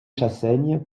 chassaigne